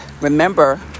remember